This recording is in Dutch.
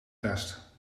test